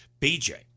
BJ